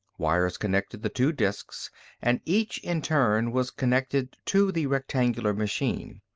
wires connected the two disks and each in turn was connected to the rectangular machine.